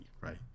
right